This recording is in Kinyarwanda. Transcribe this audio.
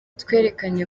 twerekanye